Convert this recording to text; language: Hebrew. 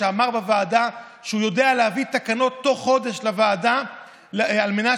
שאמר בוועדה שהוא יודע להביא תקנות תוך חודש לוועדה על מנת